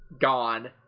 gone